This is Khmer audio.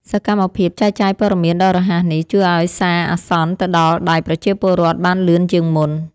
សកម្មភាពចែកចាយព័ត៌មានដ៏រហ័សនេះ ជួយឱ្យសារអាសន្នទៅដល់ដៃប្រជាពលរដ្ឋបានលឿនជាងមុន។